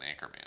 Anchorman